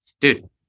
dude